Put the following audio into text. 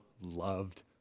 loved